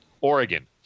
Oregon